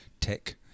tech